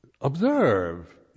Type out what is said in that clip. observe